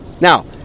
Now